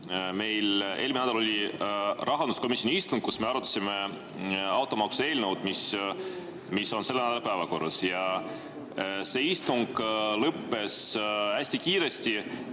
Eelmisel nädalal oli rahanduskomisjoni istung, kus me arutasime automaksu eelnõu, mis on selle nädala päevakorras. See istung lõppes hästi kiiresti